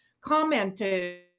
commented